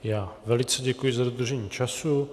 Já velice děkuji za dodržení času.